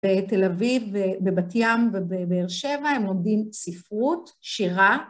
בתל אביב, בבת ים ובאר שבע, הם לומדים ספרות, שירה.